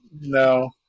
No